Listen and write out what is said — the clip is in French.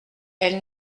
elle